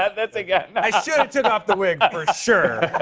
ah that's a yeah i should've took off the wig, for sure.